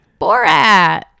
Borat